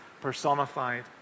personified